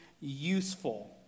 useful